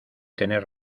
tener